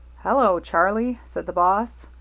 hello, charlie! said the boss,